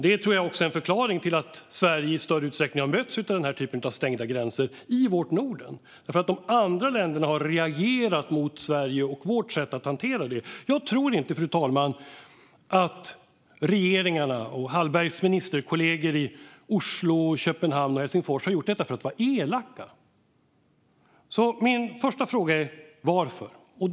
Det tror jag också är en förklaring till att Sverige i större utsträckning har mötts av den här typen av stängda gränser i vårt Norden. De andra länderna har reagerat mot Sverige och vårt sätt att hantera detta. Fru talman! Jag tror inte att regeringarna och Hallbergs ministerkollegor i Oslo, Köpenhamn och Helsingfors har gjort detta för att vara elaka. Min första fråga är alltså: Varför?